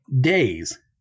days